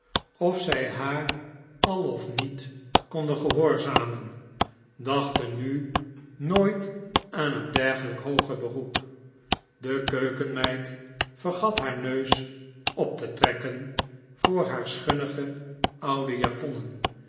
of zij haar al of niet konden gehoorzamen dachten nu nooit aan een dergelijk hooger beroep de keukenmeid vergat haar neus op te trekken voor haar schunnige oude japonnen